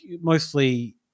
mostly